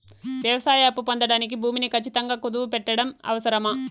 వ్యవసాయ అప్పు పొందడానికి భూమిని ఖచ్చితంగా కుదువు పెట్టడం అవసరమా?